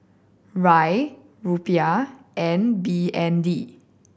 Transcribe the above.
Riel Rupiah and B N D